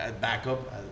backup